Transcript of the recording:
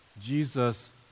Jesus